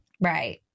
Right